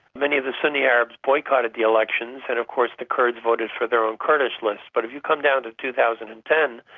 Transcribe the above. many of the sunni arabs boycotted the elections, and of course the kurds voted for their own kurdish lists. but if you come down to two thousand and ten,